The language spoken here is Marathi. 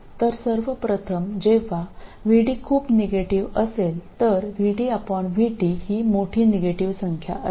तर सर्व प्रथम जेव्हा VD खूप निगेटिव असेल तर VDVt ही मोठी निगेटिवसंख्या असते